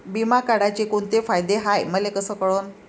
बिमा काढाचे कोंते फायदे हाय मले कस कळन?